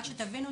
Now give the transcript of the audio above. רק שתבינו,